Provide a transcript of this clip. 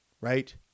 right